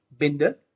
Binder